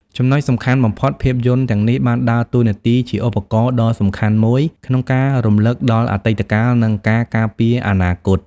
ចំណុចសំខាន់បំផុត ភាពយន្តទាំងនេះបានដើរតួនាទីជាឧបករណ៍ដ៏សំខាន់មួយក្នុងការ រំលឹកដល់អតីតកាល និងការការពារអនាគត។